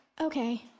Okay